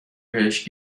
بهش